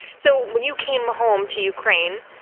so when you came home to ukraine,